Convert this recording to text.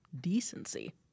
decency